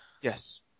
Yes